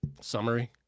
summary